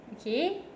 Okay